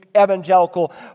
evangelical